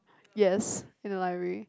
yes in a library